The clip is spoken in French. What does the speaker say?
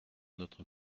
notre